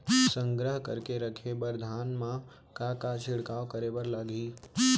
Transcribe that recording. संग्रह करके रखे बर धान मा का का छिड़काव करे बर लागही?